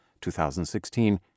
2016